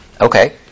Okay